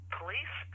police